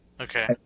Okay